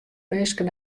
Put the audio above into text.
minsken